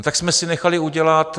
No tak jsme si nechali udělat...